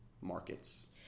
markets